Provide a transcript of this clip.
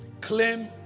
Claim